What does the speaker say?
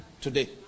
today